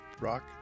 rock